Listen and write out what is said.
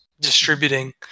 distributing